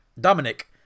Dominic